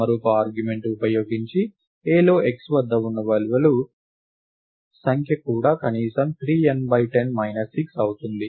సమరూప argument ఉపయోగించి A లో x వద్ద ఉన్న విలువల సంఖ్య కూడా కనీసం 3 n 10 6 అవుతుంది